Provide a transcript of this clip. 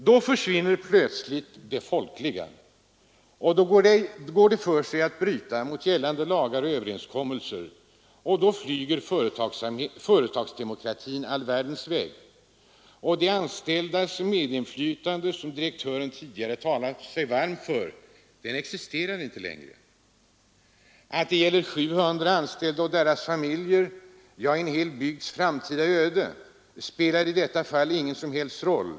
Då försvinner plötsligt det folkliga, och då går det för sig att bryta mot gällande lagar och överenskommelser. Då flyger företagsdemokratin all världens väg, och de anställdas medinflytande, som direktören tidigare talat så varmt för, existerar inte längre. Att det gäller 700 anställda och deras familjer, ja, en hel bygds framtida öde, spelar i detta fall ingen som helst roll.